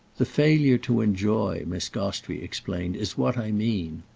the failure to enjoy, miss gostrey explained, is what i mean.